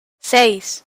seis